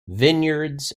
vineyards